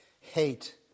hate